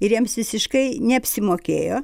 ir jiems visiškai neapsimokėjo